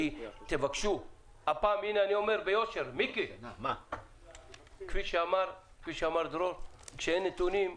אני אומר ביושר, כפי שאמר דרור, כשאין נתונים,